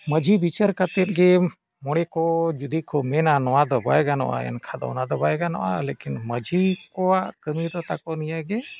ᱢᱟᱺᱡᱷᱤ ᱵᱤᱪᱟᱹᱨ ᱠᱟᱛᱮᱫ ᱜᱮ ᱢᱚᱬᱮ ᱠᱚ ᱡᱩᱫᱤ ᱠᱚ ᱢᱮᱱᱟ ᱱᱚᱣᱟ ᱫᱚ ᱵᱟᱭ ᱜᱟᱱᱚᱜᱼᱟ ᱮᱱᱠᱷᱟᱱ ᱫᱚ ᱚᱱᱟᱫᱚ ᱵᱟᱭ ᱜᱟᱱᱚᱜᱼᱟ ᱞᱮᱠᱤᱱ ᱢᱟᱺᱡᱷᱤ ᱠᱚᱣᱟᱜ ᱠᱟᱹᱢᱤ ᱫᱚ ᱛᱟᱠᱚ ᱱᱤᱭᱟᱹᱜᱮ